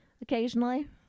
occasionally